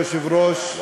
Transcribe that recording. כבוד היושב-ראש,